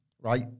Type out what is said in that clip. right